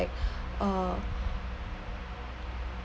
uh